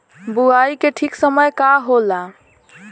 बुआई के ठीक समय का होला?